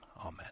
Amen